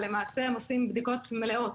אבל למעשה הם עושים בדיקות מלאות.